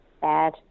bad